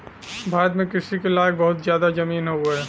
भारत में कृषि के लायक बहुत जादा जमीन हउवे